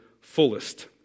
fullest